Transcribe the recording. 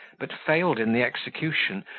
but failed in the execution,